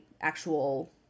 actual